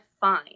fine